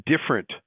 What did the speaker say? different